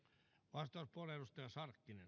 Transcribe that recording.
arvoisa puhemies